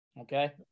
okay